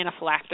anaphylactic